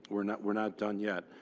we're not we're not done yet.